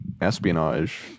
espionage